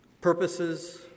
purposes